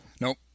Nope